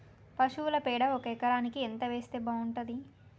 పశువుల పేడ ఒక ఎకరానికి ఎంత వేస్తే బాగుంటది?